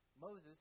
Moses